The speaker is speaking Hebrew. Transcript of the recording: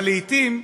אבל לעתים,